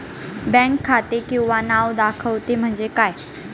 Bank खाते किंवा नाव दाखवते म्हणजे काय?